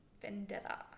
Vendetta